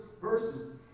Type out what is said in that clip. verses